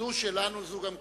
זו שלנו, זו גם כן.